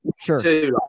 sure